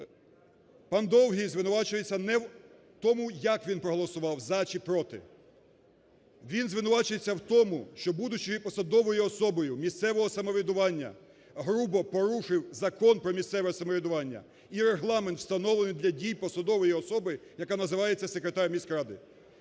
пан Довгий звинувачується не в тому, як він проголосувати за чи проти. Він звинувачується в тому, що, будучи посадовою особою місцевого самоврядування, грубо порушив Закон про місцеве самоврядування і регламент, встановлений для дій посадової особи, яка називається секретар міськради.